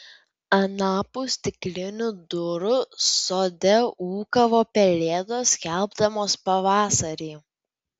anapus stiklinių durų sode ūkavo pelėdos skelbdamos pavasarį